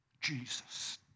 Jesus